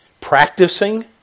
Practicing